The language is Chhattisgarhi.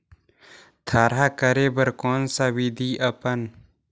थरहा करे बर कौन सा विधि अपन?